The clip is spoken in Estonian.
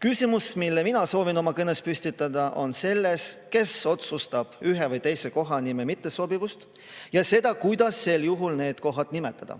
Küsimus, mille mina soovin oma kõnes püstitada, on selles, kes otsustab ühe või teise kohanime mittesobivuse üle ja selle üle, kuidas need [objektid] nimetada.